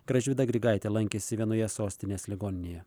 gražvyda grigaitė lankėsi vienoje sostinės ligoninėje